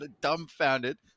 dumbfounded